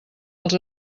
els